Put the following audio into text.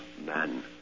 man